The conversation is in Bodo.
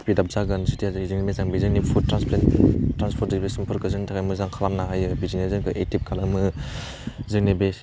स्पिद आप जागोन जुदि बेजों मोजां बे जोंनि फुद ट्रान्सपर्ट दिउरेसनफोरखौ जोंनि थाखाय मोजां खालामनो हायो बेजोंनो जाबाय एकटिभ खालामो जोंनि बे